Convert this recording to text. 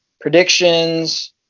predictions